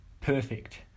perfect